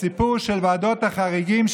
הסיפור של ועדות החריגים,